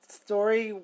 story